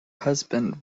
husband